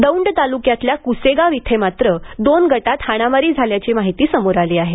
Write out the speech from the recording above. दौंड तालुक्यातील कुसेगाव इथे मात्र दोन गटात हाणामारी झाल्याची माहिती समोर आली आहे